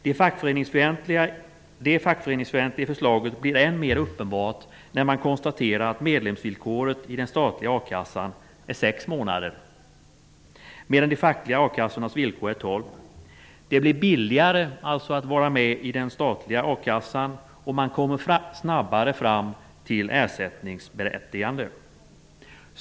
Det fackföreningsfientliga i förslaget blir än mer uppenbart när man konstaterar att medlemsvillkoret i den statliga a-kassan är sex månader, medan de fackliga kassornas villkor är tolv månader. Det blir alltså billigare att vara med i den statliga a-kassan, och man kommer snabbare fram till att vara berättigad till ersättning.